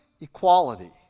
equality